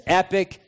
epic